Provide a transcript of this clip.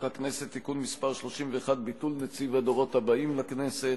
הכנסת (תיקון מס' 31) (ביטול נציב הדורות הבאים לכנסת),